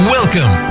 Welcome